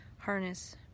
harness